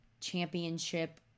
championship